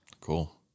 Cool